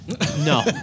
No